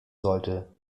sollte